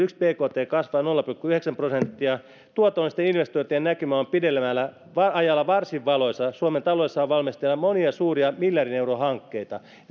bkt kasvaa nolla pilkku yhdeksän prosenttia ja tuotannollisten investointien näkymät ovat pidemmällä ajalla varsin valoisat ja suomen taloudessa on valmisteilla monia suuria miljardin euron hankkeita ja